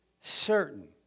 certain